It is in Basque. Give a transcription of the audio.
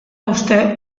hauste